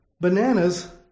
Bananas